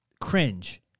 Cringe